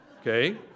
Okay